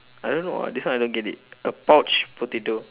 I don't know ah this one I don't get it a pouch potato